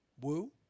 woo